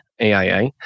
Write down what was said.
AIA